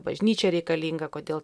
bažnyčia reikalinga kodėl